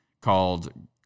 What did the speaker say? called